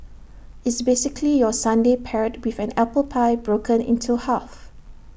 it's basically your sundae paired with an apple pie broken into half